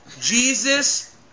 Jesus